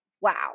wow